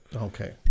Okay